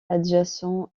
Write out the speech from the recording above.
adjacents